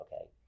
Okay